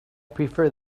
prefer